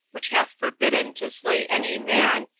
which hath forbidden to slay any man,